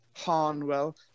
Harnwell